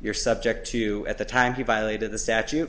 you're subject to at the time he violated the statu